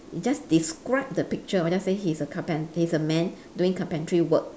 just describe the picture we just say he's a carpenter he's a man doing carpentry work